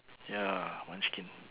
ya munchkin